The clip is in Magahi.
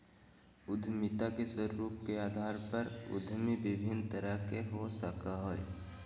उद्यमिता के स्वरूप के अधार पर उद्यमी विभिन्न तरह के हो सकय हइ